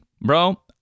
bro